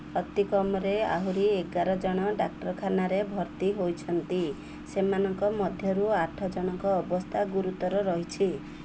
ଅତିକମ୍ରେ ଆହୁରି ଏଗାର ଜଣ ଡାକ୍ତରଖାନାରେ ଭର୍ତ୍ତି ହୋଇଛନ୍ତି ସେମାନଙ୍କ ମଧ୍ୟରୁ ଆଠ ଜଣଙ୍କ ଅବସ୍ଥା ଗୁରୁତର ରହିଛି